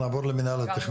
אבל, עלתה